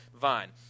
vine